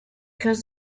curse